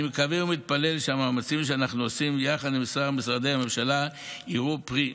אני מקווה ומתפלל שהמאמצים שאנחנו עושים יחד עם משרדי הממשלה ישאו פרי,